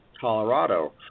Colorado